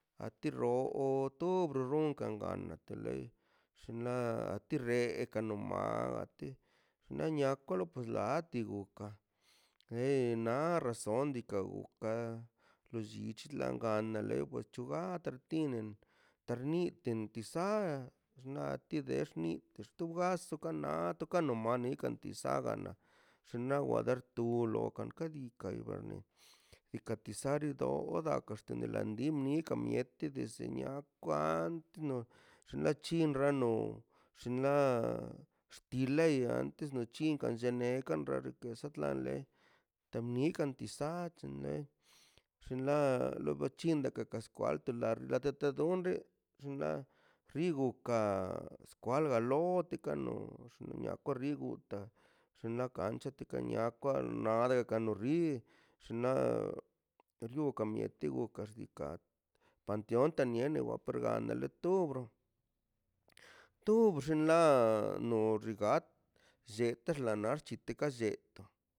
A ti roo to borron kanganə nateḻeꞌ shinḻa a ti re ekanoma a ti giania kolo pues látigokaꞌ e la razon diikaꞌ gokan pues ichlan gandale pues chugan gartinen tarniten tizáa snatidex xnited to baso kanan tokanomani katisagana xnawa dar tulo lokan ka dikan ibarni ikatizari do wdagxtni landi mni lagmieꞌ tzə nie kwandno xnachi xrano xnaꞌ xtileya antes noc̱hin kan llaney kanxoxrkz tlan lei temikaꞌ tisáa chlei xllinlai lobocheida kakaskwalt la data donde xllin la rigo ka skwalgalotə kano xniaꞌ kwarrigutaꞌ xnaꞌ kancha tikaꞌ nia kwa nade kwano rri xnaꞌ you kamietə gukaꞌ xica panteón ta nieneꞌ wokarbanaleꞌ torb tor xinḻaꞌ nox gat lletə la narchitək ḻa llet.